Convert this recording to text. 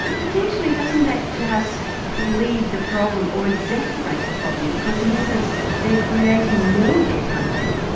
but potentially, doesn't that just lead the problem, or exacerbate the problem, because in essence they're creating more debt, aren't they?